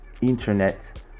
internet